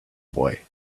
boy